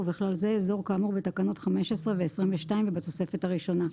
ובכלל זה אזור כאמור בתקנות 15 ו-22 ובתוספת הראשונה,